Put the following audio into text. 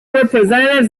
representatives